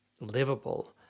livable